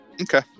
Okay